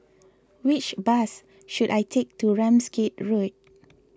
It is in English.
which bus should I take to Ramsgate Road